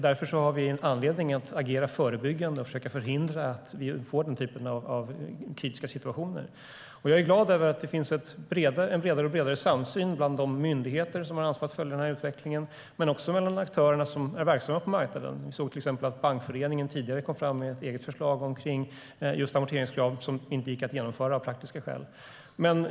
Därför finns anledning att agera förebyggande och försöka förhindra att den typen av kritiska situationer uppstår. Jag är glad över att det finns en bredare och bredare samsyn bland de myndigheter som har ansvaret för utvecklingen och mellan de aktörer som är verksamma på marknaden. Jag har till exempel tidigare sett att Bankföreningen lagt fram ett eget förslag om amorteringskrav, som inte har kunnat genomföras av praktiska skäl.